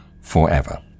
forever